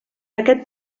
aquest